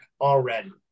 already